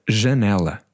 janela